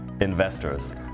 investors